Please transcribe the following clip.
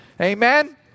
Amen